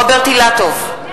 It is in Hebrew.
(קוראת בשמות חברי הכנסת) רוברט אילטוב,